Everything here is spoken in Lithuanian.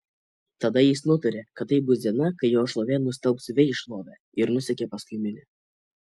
tada jis nutarė kad tai bus diena kai jo šlovė nustelbs vei šlovę ir nusekė paskui minią